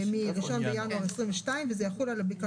במקום להתקדם קדימה ולהיות שווים, אתם לוקחים